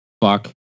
fuck